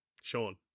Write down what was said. Sean